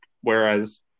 whereas